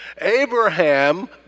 Abraham